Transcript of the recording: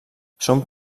són